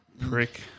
Prick